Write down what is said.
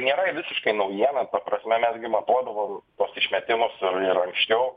nėra visiškai naujiena ta prasme mes gi matuodavom tuos išmetimus ir anksčiau